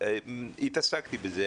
התעסקתי בזה.